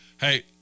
Hey